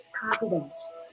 confidence